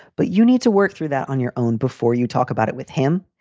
but you need to work through that on your own before you talk about it with him.